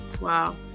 Wow